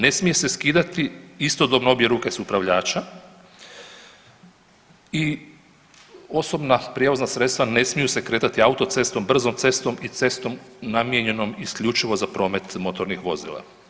Ne smije se skidati istodobno obje ruke s upravljača i osobna prijevozna sredstva ne smiju se kretati autocestom, brzom cestom i cestom namijenjenom isključivo za promet motornih vozila.